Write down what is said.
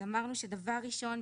אז אמרנו שדבר ראשון,